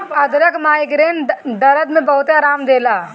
अदरक माइग्रेन के दरद में बहुते आराम देला